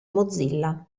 mozilla